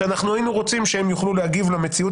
שאנחנו היינו רוצים שהם יוכל להגיב למציאות